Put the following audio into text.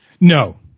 No